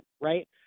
right